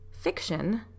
fiction